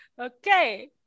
okay